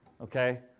okay